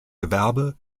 gewerbe